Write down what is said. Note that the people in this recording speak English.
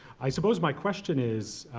i suppose my question is,